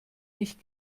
nicht